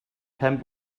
pen